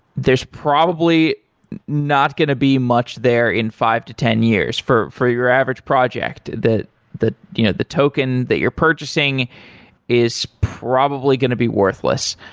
there is probably not going to be much there in five to ten years for for your average project that the you know the token that you're purchasing is probably going to be worthless.